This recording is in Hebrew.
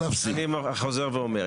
אני חוזר ואומר.